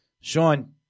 Sean